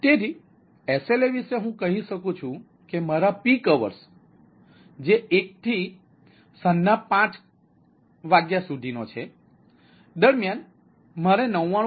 તેથી SLA વિશે હું કહી શકું છું કે મારા પીક અવર્સ જે 1 થી 1700 કલાક છે દરમિયાન મારે 99